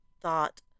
thought